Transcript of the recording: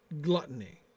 Gluttony